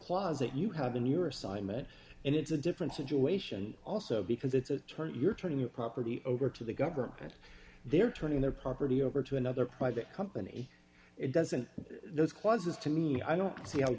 that you have in your assignment and it's a different situation also because it's a term you're turning your property over to the government they're turning their property over to another private company it doesn't those clauses to me i don't see how